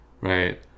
right